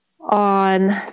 on